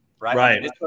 right